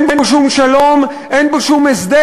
אין בו שום שלום ואין בו שום הסדר.